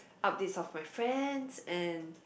updates of my friends and